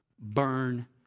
burn